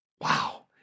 Wow